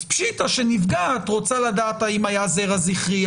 אז פשיטא שנפגעת רוצה לדעת האם היה זרע זכרי,